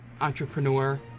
entrepreneur